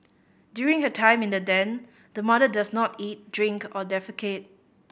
during her time in the den the mother does not eat drink or defecate